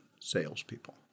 salespeople